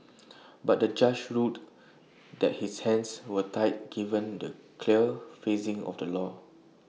but the judge ruled that his hands were tied given the clear phrasing of the law